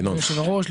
אדוני יושב הראש,